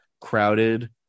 crowded